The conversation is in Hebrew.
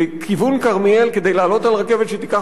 לכיוון כרמיאל כדי לעלות על רכבת שתיקח